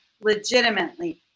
legitimately